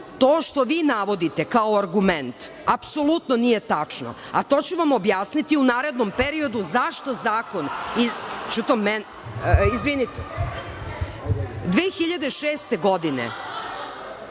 što vi navodite kao argument, apsolutno nije tačno, a to ću vam objasniti u narednom periodu zašto Zakon, izvinite, 2006. godine,